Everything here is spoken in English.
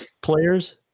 players